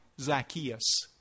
Zacchaeus